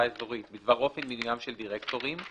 אזורית בדבר אופן מינוים של דירקטורים,